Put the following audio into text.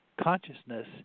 consciousness